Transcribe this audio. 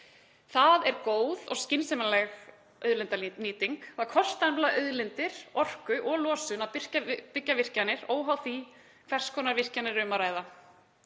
Það er góð og skynsamleg auðlindanýting. Það kostar nefnilega auðlindir, orku og losun að byggja virkjanir, óháð því hvers konar virkjanir er um að ræða.